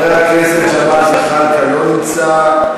חבר הכנסת ג'מאל זחאלקה, לא נמצא.